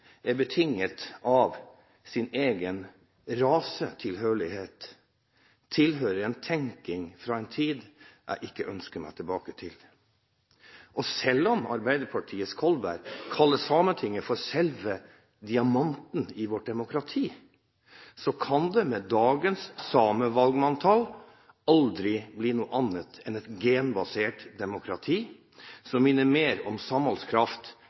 er betinget av rasetilhørighet, tilhører en tenkning fra en tid jeg ikke ønsker meg tilbake til. Selv om Arbeiderpartiets Kolberg kaller Sametinget for selve diamanten i vårt demokrati, kan det med dagens samevalgmanntall aldri bli noe annet enn et genbasert demokrati som minner mer om samholdskraft